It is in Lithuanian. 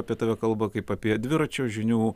apie tave kalba kaip apie dviračio žynių